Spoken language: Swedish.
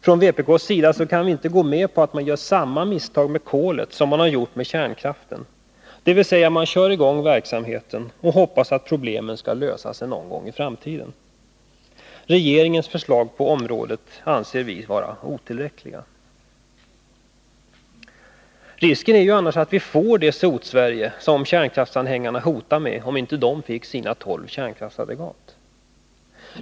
Från vpk:s sida kan vi inte gå med på att man gör samma misstag med kolet som man gjort med kärnkraften, dvs. kör i gång verksamheten och hoppas att problemen skall lösa sig någon gång i framtiden. Regeringens förslag på området anser vi vara otillräckliga. Risken är annars att vi får det Sotsverige som kärnkraftsanhängarna hotade med, om inte de fick sina 12 kärnkraftsaggregat.